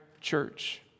church